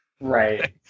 Right